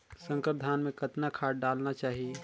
संकर धान मे कतना खाद डालना चाही?